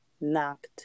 knocked